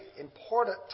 important